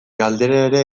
galdera